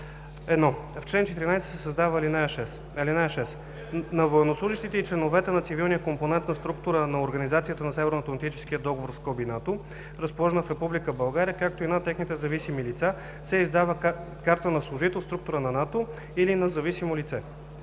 1. В чл. 14 се създава ал. 6: „(6) На военнослужещите и членовете на цивилния компонент на структура на Организацията на Северноатлантическия договор (НАТО), разположена в Република България, както и на техните зависими лица се издава карта на служител в структура на НАТО или на зависимо лице.“